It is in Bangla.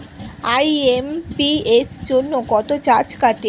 আই.এম.পি.এস জন্য কত চার্জ কাটে?